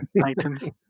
Titans